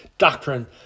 Doctrine